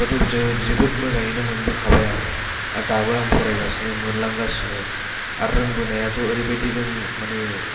फ्राथ' जोबोद मोजाङैनो मोनबो खाबाय आं आर दाबो आं फरायगासिनो मोनलांगासिनो आर रोंबोनायाथ' ओरैबादि रों मानि